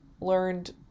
learned